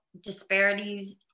disparities